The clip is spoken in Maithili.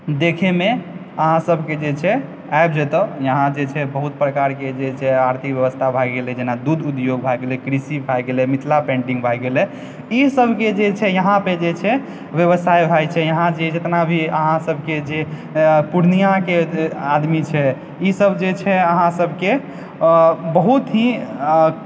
देखयमे अहाँसभके जे छै आबि जेतए यहाँ जे छै बहुत प्रकारके जे छै आर्थिक व्यवस्था भए गेलय जेना दूध उद्योग भए गेलय कृषि भए गेलय मिथिला पेन्टिंग भए गेलय ईसभके जे छै यहाँपे जे छै व्यवसाय होयत छै यहाँ जेतनाभी अहाँसभके जे पूर्णियाके आदमी छै ईसभ जे छै अहाँसभके बहुत ही